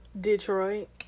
detroit